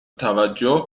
توجه